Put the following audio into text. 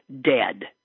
dead